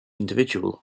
individual